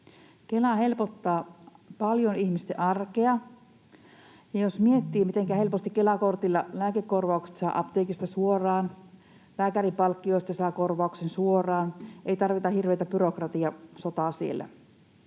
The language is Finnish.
Kela helpottaa paljon ihmisten arkea, jos miettii, mitenkä helposti Kela-kortilla lääkekorvaukset saa apteekista suoraan, lääkärinpalkkioista saa korvauksen suoraan, ei tarvita hirveätä byrokratiasotaa siellä,